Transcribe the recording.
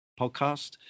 podcast